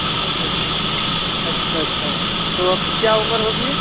अच्छा अच्छा अच्छा अच्छा तो आपकी क्या उम्र होगी